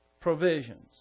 provisions